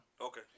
Okay